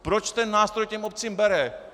Proč ten nástroj těm obcím bere?